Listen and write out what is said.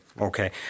okay